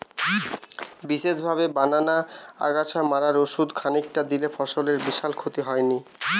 বিশেষভাবে বানানা আগাছা মারার ওষুধ খানিকটা দিলে ফসলের বিশাল ক্ষতি হয়নি